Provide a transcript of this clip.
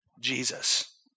Jesus